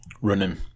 Running